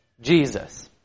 Jesus